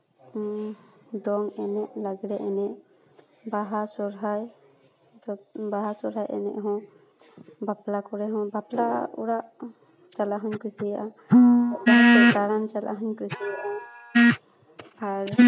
ᱫᱚᱝ ᱮᱱᱮᱡ ᱞᱟᱜᱽᱲᱮ ᱮᱱᱮᱡ ᱵᱟᱦᱟ ᱥᱚᱦᱚᱨᱟᱭ ᱵᱟᱦᱟ ᱥᱚᱦᱚᱨᱟᱭ ᱮᱱᱮᱡ ᱦᱚᱸ ᱵᱟᱯᱞᱟ ᱠᱚᱨᱮ ᱦᱚᱸ ᱵᱟᱯᱞᱟ ᱚᱲᱟᱜ ᱪᱟᱞᱟᱜ ᱦᱚᱸᱧ ᱠᱩᱥᱤᱭᱟᱜᱼᱟ ᱫᱟᱬᱟᱱ ᱪᱟᱞᱟᱜ ᱦᱚᱸᱧ ᱠᱩᱥᱤᱭᱟᱜᱼᱟ ᱟᱨ